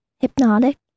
hypnotic